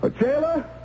Taylor